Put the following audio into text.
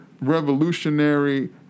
revolutionary